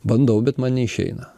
bandau bet man neišeina